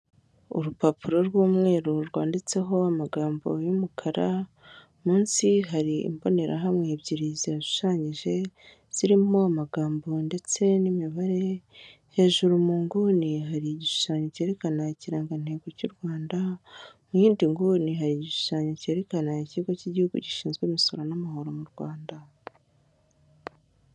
Urupapuro rw'umweru rwanditseho amagambo y'umukara, munsi hari imbonerahamwe ebyiri zihashushanyije zirimo amagambo ndetse n'imibare, hejuru mu nguni hari igishushanyo cyerekana ikirangantego cy'u Rwanda, mu yindi nguni hari igishushanyo cyerekana ikigo cy'igihugu gishinzwe imisoro n'amahoro mu Rwanda.